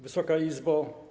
Wysoka Izbo!